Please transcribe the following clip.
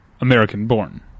American-born